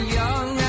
young